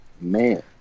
man